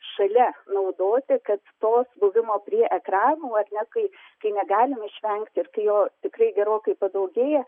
šalia naudoti kad to buvimo prie ekranų ar ne kai kai negalim išvengti ir kai jo tikrai gerokai padaugėja